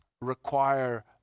require